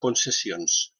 concessions